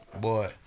boy